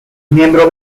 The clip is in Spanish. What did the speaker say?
miembro